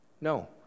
No